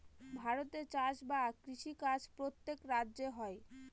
ভারতে চাষ বা কৃষি কাজ প্রত্যেক রাজ্যে হয়